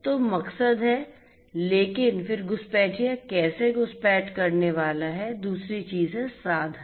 तो मकसद है लेकिन फिर घुसपैठिया कैसे घुसपैठ करने वाला है दूसरी चीज है साधन